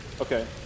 Okay